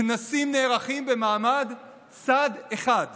כנסים נערכים במעמד צד אחד בלבד.